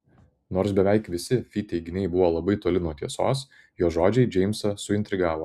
nors beveik visi fi teiginiai buvo labai toli nuo tiesos jos žodžiai džeimsą suintrigavo